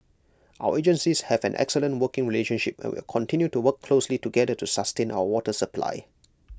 our agencies have an excellent working relationship and will continue to work closely together to sustain our water supply